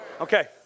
Okay